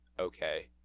okay